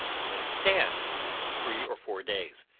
let it stand three or four days,